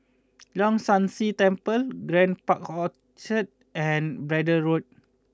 Leong San See Temple Grand Park Orchard and Braddell Road